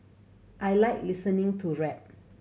I like listening to rap